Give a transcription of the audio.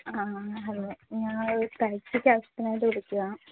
ആ ഹലോ ഞാനൊരു ടാക്സി കാര്യത്തിനായിട്ട് വിളിക്കുവാണ്